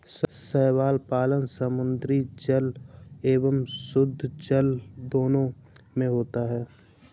शैवाल पालन समुद्री जल एवं शुद्धजल दोनों में होता है